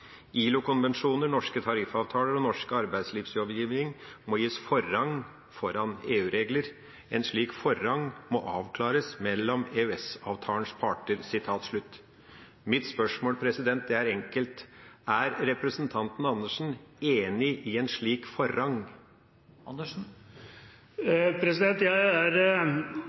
ILO-konvensjoner, norske tariffavtaler og norsk arbeidslivslovgivning må gis forrang foran EU-regler. En slik forrang må avklares mellom EØS-avtalens parter.» Mitt spørsmål er enkelt: Er representanten Andersen enig i en slik forrang? Jeg er